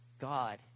God